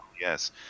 yes